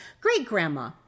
great-grandma